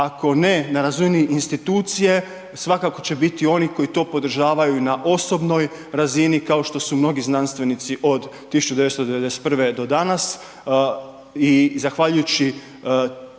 ako ne na razini institucije, svakako će biti i onih koji to podržavaju i na osobnoj razini, kao što su i mnogi znanstvenici od 1991. do danas